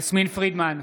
יסמין פרידמן,